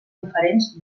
diferents